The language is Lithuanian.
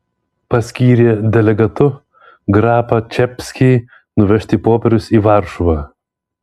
paskyrė delegatu grapą čapskį nuvežti popierius į varšuvą